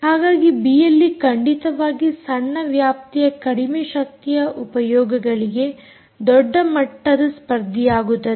ಹಾಗಾಗಿ ಬಿಎಲ್ಈ ಖಂಡಿತವಾಗಿ ಸಣ್ಣ ವ್ಯಾಪ್ತಿಯ ಕಡಿಮೆ ಶಕ್ತಿಯ ಉಪಯೋಗಗಳಿಗೆ ದೊಡ್ಡ ಮಟ್ಟದ ಸ್ಪರ್ಧಿಯಾಗುತ್ತದೆ